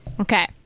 Okay